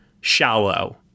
shallow